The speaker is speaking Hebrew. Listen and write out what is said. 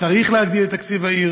צריך להגדיל את תקציב העיר.